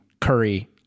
Curry